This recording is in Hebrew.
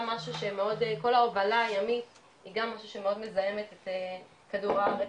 כל ההובלה הימית זה גם משהו שמאוד מזהם את כדור הארץ.